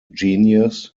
genius